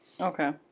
Okay